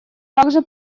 также